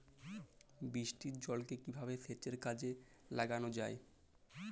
বৃষ্টির জলকে কিভাবে সেচের কাজে লাগানো য়ায়?